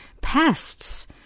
pests